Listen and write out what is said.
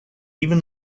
even